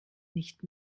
nicht